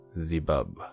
Zebub